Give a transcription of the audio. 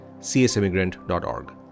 csimmigrant.org